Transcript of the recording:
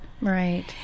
Right